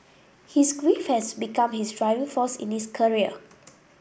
his grief has become his driving force in his career